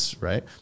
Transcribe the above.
right